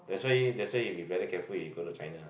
that's why that's why you be very careful if you go to China ah